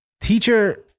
teacher